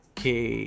Okay